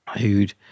who'd